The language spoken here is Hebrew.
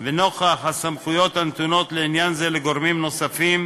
ונוכח הסמכויות הנתונות לעניין זה לגורמים נוספים,